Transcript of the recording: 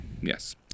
Yes